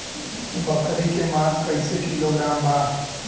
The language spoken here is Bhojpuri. बकरी के मांस कईसे किलोग्राम बा?